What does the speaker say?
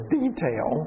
detail